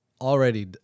already